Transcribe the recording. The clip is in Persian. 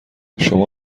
شما